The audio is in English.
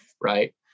Right